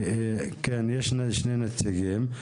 כן, יש שני נציגים.